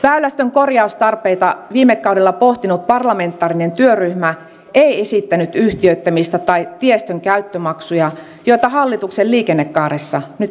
väylästön korjaustarpeita viime kaudella pohtinut parlamentaarinen työryhmä ei esittänyt yhtiöittämistä tai tiestön käyttömaksuja joita hallituksen liikennekaaressa nyt esitetään